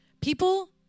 People